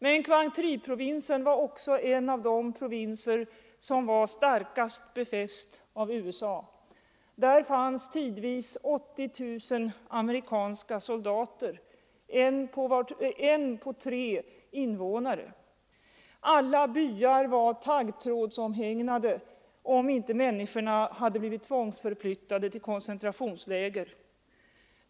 Men Quang Tri-provinsen var också en av de provinser som var starkast befäst av USA. Där fanns tidvis 80 000 amerikanska soldater — en på tre invånare. Alla byar var taggtrådsomhägnade, om inte människorna hade blivit tvångsförflyttade till koncentrationsläger.